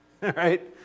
right